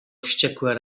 wściekłe